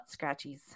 scratchies